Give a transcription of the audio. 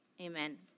amen